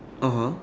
(uh huh)